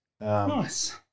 Nice